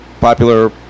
popular